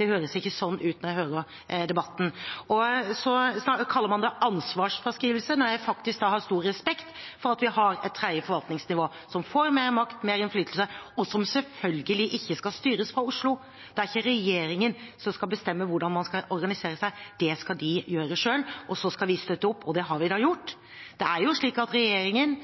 høres ikke sånn ut når jeg hører debatten. Man kaller det ansvarsfraskrivelse når jeg faktisk har stor respekt for at vi har et tredje forvaltningsnivå som får mer makt, mer innflytelse, og som selvfølgelig ikke skal styres fra Oslo. Det er ikke regjeringen som skal bestemme hvordan man skal organisere seg. Det skal de gjøre selv, og så skal vi støtte opp. Det har vi gjort. Det er slik at regjeringen